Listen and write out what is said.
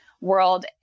world